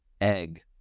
egg